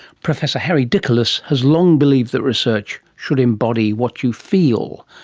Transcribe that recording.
professor harry diculus has long believed that research should embody what you feel,